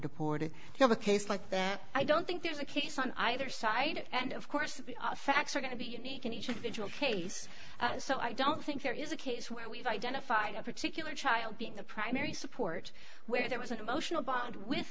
deported you have a case like that i don't think there's a case on either side and of course facts are going to be unique in each case so i don't think there is a case where we've identified a particular child being the primary support where there was an emotional bond with